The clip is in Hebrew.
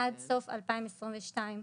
עד סוף שנת 2022,